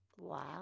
Wow